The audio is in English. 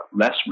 less